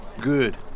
Good